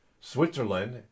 Switzerland